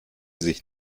sich